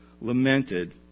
lamented